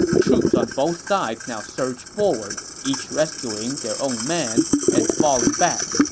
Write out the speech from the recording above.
troops on both sides now surged forward, each rescuing their own man and falling back.